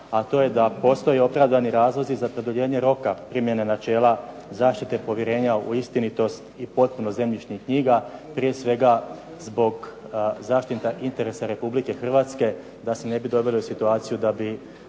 a to je da postoji opravdani razlozi za produljenje roka primjene načela zaštite povjerenja u istinitost i … zemljišnih knjiga, prije svega zbog zaštita interesa RH da se ne bi doveli u situaciju da bi